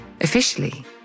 Officially